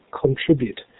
contribute